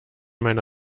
meine